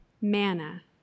Manna